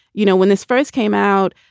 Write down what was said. you know, when this first came out,